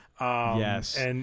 Yes